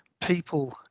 people